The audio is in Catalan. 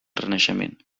renaixement